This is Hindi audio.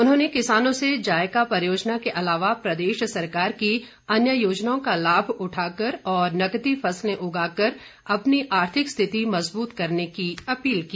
उन्होंने किसानों से जायका परियोजना के अलावा प्रदेश सरकार की अन्य योजनाओं का लाभ उठाकर और नकदी फसलें उगाकर अपनी आर्थिक स्थिति मजबूत करने की अपील की